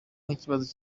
nk’ikibazo